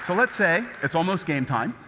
so let's say it's almost game time.